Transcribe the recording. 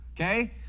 okay